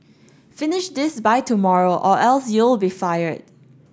finish this by tomorrow or else you'll be fired